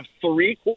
three